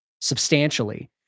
substantially